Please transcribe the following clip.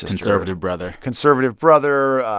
conservative brother conservative brother,